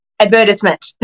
Advertisement